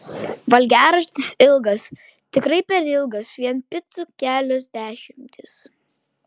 valgiaraštis ilgas tikrai per ilgas vien picų kelios dešimtys